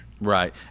Right